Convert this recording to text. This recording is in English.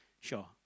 sure